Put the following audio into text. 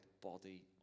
body